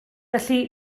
felly